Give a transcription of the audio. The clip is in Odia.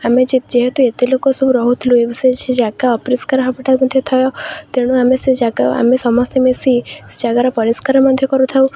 ଆମେ ଯେହେତୁ ଏତେ ଲୋକ ସବୁ ରହୁଥିଲୁ ଏ ସେ ଜାଗା ଅପରିଷ୍କାର ହବଟା ମଧ୍ୟ ଥୟ ତେଣୁ ଆମେ ସେ ଜାଗା ଆମେ ସମସ୍ତେ ମିଶି ସେ ଜାଗାର ପରିଷ୍କାର ମଧ୍ୟ କରୁଥାଉ